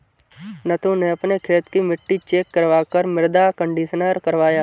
नथु ने अपने खेत की मिट्टी चेक करवा कर मृदा कंडीशनर करवाया